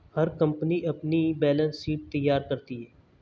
हर company अपनी balance sheet तैयार करती है